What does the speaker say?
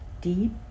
deep